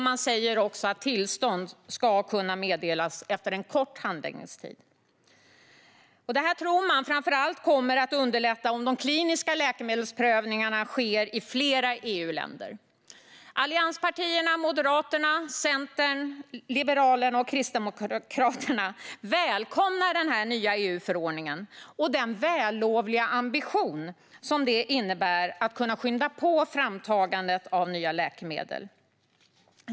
Man säger också att tillstånd ska kunna meddelas efter en kort handläggningstid. Man tror framför allt att det kommer att underlätta om de kliniska läkemedelsprövningarna sker i flera EU-länder. Allianspartierna - Moderaterna, Centern, Liberalerna och Kristdemokraterna - välkomnar den nya EU-förordningen och den vällovliga ambition som det innebär att kunna skynda på framtagandet av nya läkemedel.